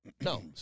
No